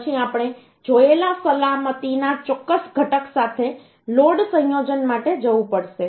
પછી આપણે જોયેલા સલામતીના ચોક્કસ ઘટક સાથે લોડ સંયોજન માટે જવું પડશે